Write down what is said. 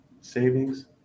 savings